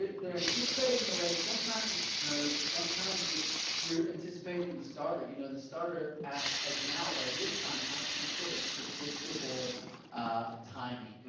they're anticipating the race, sometimes it's nerves, sometimes it's you're anticipating the start, you know the starter has now by this time had some sort of predictable ah timing,